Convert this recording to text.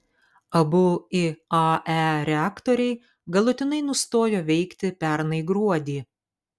abu iae reaktoriai galutinai nustojo veikti pernai gruodį